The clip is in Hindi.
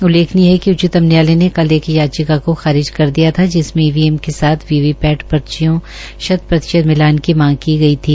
उल्लेखनीय है कि उच्चतम न्यायालय ने कल एक याचिका को खारिज कर दिया था कि जिसमें ईवीएम के साथ वीवी पैट पैर्चियों शत प्रतिशत मिलान की मांग की गई थी